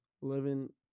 Living